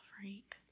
freak